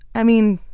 i mean,